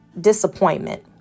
disappointment